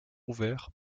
ouvert